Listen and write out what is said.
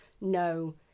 no